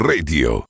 Radio